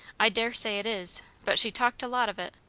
i daresay it is but she talked a lot of it.